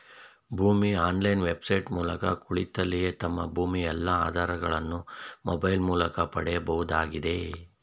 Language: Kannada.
ಭೂಮಿ ಆನ್ಲೈನ್ ವೆಬ್ಸೈಟ್ ಮೂಲಕ ಕುಳಿತಲ್ಲಿಯೇ ನಮ್ಮ ಭೂಮಿಯ ಎಲ್ಲಾ ಆಧಾರಗಳನ್ನು ಮೊಬೈಲ್ ಮೂಲಕ ಪಡೆಯಬಹುದಾಗಿದೆ